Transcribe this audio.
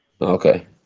Okay